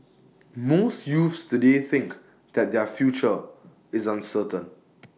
most youths today think that their future is uncertain